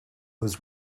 was